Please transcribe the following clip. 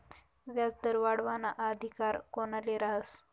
व्याजदर वाढावाना अधिकार कोनले रहास?